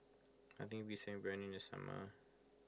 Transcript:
nothing beats having Biryani in the summer